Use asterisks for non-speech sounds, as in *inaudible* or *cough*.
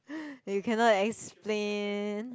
*breath* you cannot explain